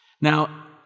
Now